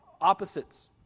opposites